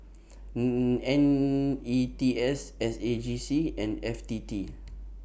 N E T S S A J C and F T T